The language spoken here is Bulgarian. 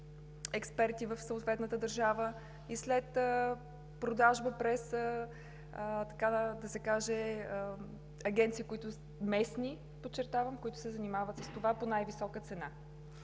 експерти в съответната държава и след продажба през, така да се каже, агенции – местни, подчертавам, които се занимават с това, по най-висока цена.